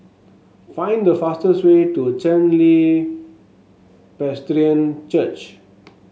find the fastest way to Chen Li Presbyterian Church